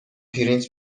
پرینت